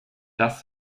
das